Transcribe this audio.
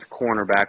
cornerback